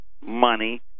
money